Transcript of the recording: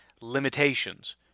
limitations